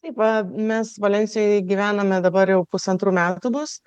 taip va mes valensijoj gyvename dabar jau pusantrų metų bus